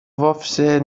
вовсе